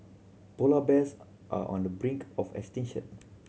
polar bears are on the brink of extinction